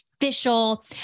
official